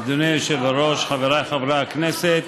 אדוני היושב-ראש, חברי הכנסת,